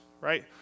right